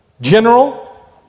general